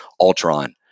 ultron